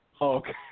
Okay